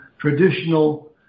traditional